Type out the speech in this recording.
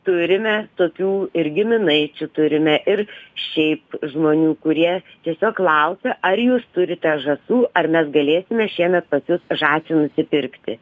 turime tokių ir giminaičių turime ir šiaip žmonių kurie tiesiog klausia ar jūs turite žąsų ar mes galėsime šiemet pas jus žąsį nusipirkti